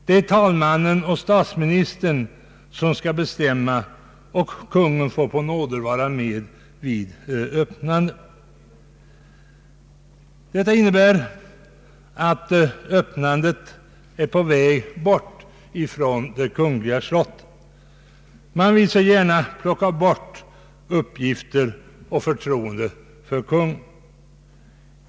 Det är talmannen och statsministern som skall bestämma, och kungen får på nåder vara med vid öppnandet. Detta innebär att öppnandet är på väg bort från Kungliga slottet. Man vill så gärna plocka bort uppgifter och förtroenden från kungen.